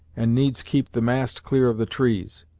and needs keep the mast clear of the trees.